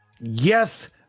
yes